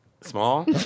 Small